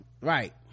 right